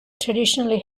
traditionally